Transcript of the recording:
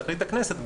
תחליט הכנסת,